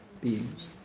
beings